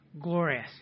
glorious